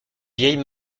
vieille